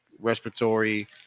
respiratory